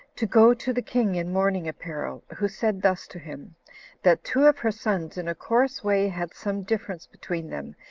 to go to the king in mourning apparel, who said thus to him that two of her sons, in a coarse way, had some difference between them,